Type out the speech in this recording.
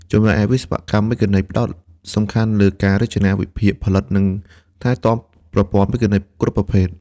ចំណែកវិស្វកម្មមេកានិច ផ្ដោតសំខាន់លើការ រចនា វិភាគ ផលិត និងថែទាំប្រព័ន្ធមេកានិច គ្រប់ប្រភេទ។